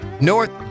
North